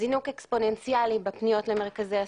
זינוק אקספוננציאלי בפניות למרכזי הסיוע,